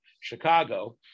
Chicago